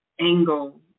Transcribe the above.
angle